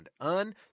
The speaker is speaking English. UN